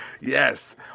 yes